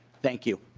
thank you.